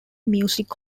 music